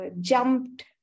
jumped